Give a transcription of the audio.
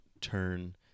turn